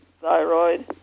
thyroid